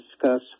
discuss